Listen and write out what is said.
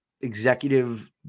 executive